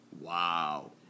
Wow